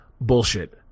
bullshit